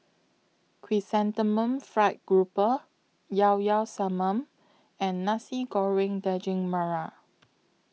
Chrysanthemum Fried Grouper Llao Llao Sanum and Nasi Goreng Daging Merah